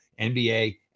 NBA